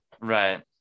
right